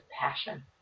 passion